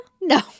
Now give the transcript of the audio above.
No